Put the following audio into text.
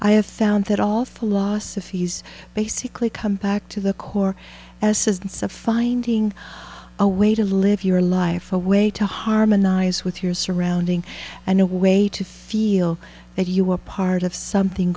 i have found that all philosophies basically come back to the core essence of finding a way to live your life a way to harmonize with your surroundings and a way to feel that you are part of something